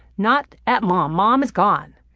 not at mom, mom is gone.